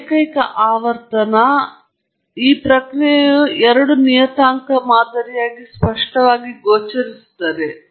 ಬಹುವಿಧದ ಹಿಂಜರಿತದಲ್ಲಿ ವಿಭಿನ್ನ ಅಂಶಗಳು ಇರಬಹುದು ಆಸಕ್ತಿಯ ವೇರಿಯೇಬಲ್ ಮೇಲೆ ಪರಿಣಾಮ ಬೀರುವ ಹಲವಾರು ಅಂಶಗಳು ನಂತರ ನಾನು ಯಾವ ವೇರಿಯಬಲ್ ಅನ್ನು ನಾನು ಫ್ಯಾಕ್ಟರ್ ಅಥವಾ ಯಾವ ಅಂಶಗಳ ಅಸ್ಥಿರಕ್ಕೆ ಕಾರಣವಾಗಬೇಕು